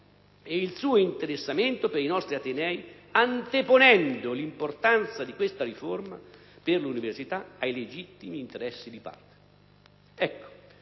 e il suo interessamento per i nostri atenei, anteponendo l'importanza di questa riforma per l'università ai legittimi interessi di parte.